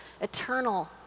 eternal